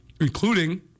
including